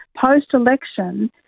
post-election